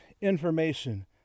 information